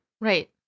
Right